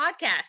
podcast